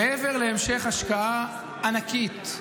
מעבר להמשך השקעה ענקית,